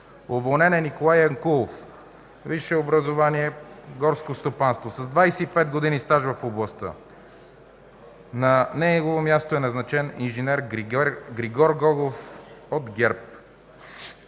Уволнен е Николай Янкулов. Висше образование – горско стопанство, с 25 години стаж в областта. На негово място е назначен инж. Григор Гогов от ГЕРБ.